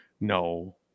no